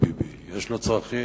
יש לו צרכים,